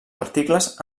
articles